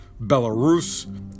Belarus